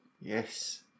Yes